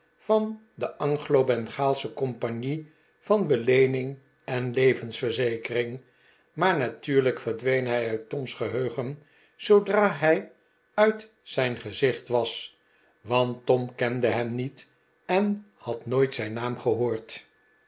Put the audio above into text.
van de anglo bengaalsche compagnie van beleening en levensverzekering maar natuurlijk verdween hij uit tom's geheugen zoodra hij uit zijn gezicht was want tom kende hem niet en had nooit zijn naam gehoord